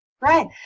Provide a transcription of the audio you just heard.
right